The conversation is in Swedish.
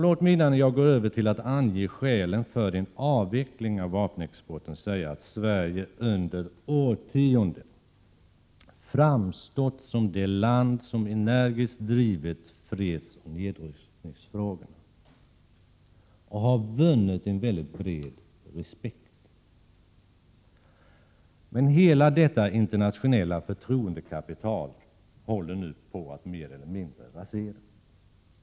Låt mig innan jag går över till att ange fyra skäl för en avveckling av vapenexporten säga att Sverige under årtionden framstått som det land som mest energiskt drivit fredsoch nedrustningsfrågorna och därigenom vunnit en mycket bred respekt. Men hela detta internationella förtroendekapital håller nu på att mer eller mindre raseras.